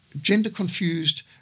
gender-confused